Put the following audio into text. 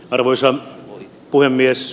arvoisa puhemies